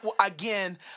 again